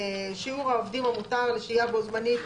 שיעור העובדים המותר לשהייה בו-זמנית,